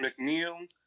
McNeil